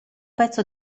pezzo